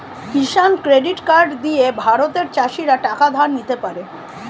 কিষান credit card দিয়ে ভারতের চাষীরা টাকা ধার নিতে পারে